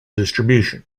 distribution